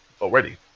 already